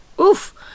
Oof